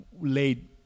laid